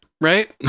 right